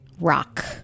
rock